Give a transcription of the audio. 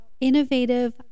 innovative